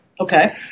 Okay